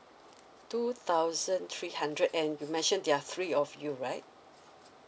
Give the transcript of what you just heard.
two thousand three hundred and you mention there're three of you right